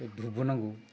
ओमफ्राय धुपबो नांगौ